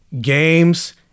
games